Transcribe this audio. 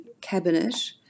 cabinet